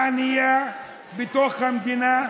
ענייה, בתוך המדינה,